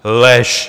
Lež!